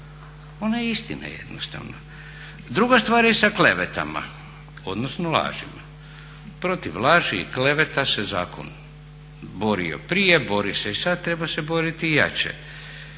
Ona je istina jednostavno. Druga stvar je sa klevetama, odnosno lažima. Protiv laži i kleveta se zakon borio prije, bori se i sada, treba se boriti i jače.